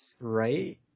right